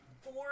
four